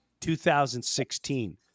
2016